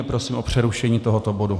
Prosím o přerušení tohoto bodu.